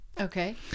okay